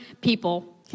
people